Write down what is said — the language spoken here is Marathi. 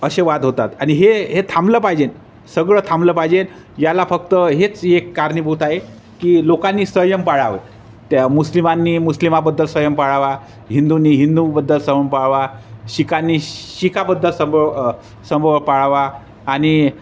असे वाद होतात आणि हे हे थांबलं पाहिजे सगळं थांबलं पाहिजे याला फक्त हेच एक कारणीभूत आहे की लोकांनी संयम पाळावं त्या मुस्लिमांनी मुस्लिमाबद्दल संयम पाळावा हिंदूनी हिंदूबद्दल सवम पाळावा शिखांनी शिखाबद्दल संभव संभव पाळावा आणि